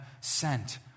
sent